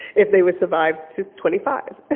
if they would survive to twenty five.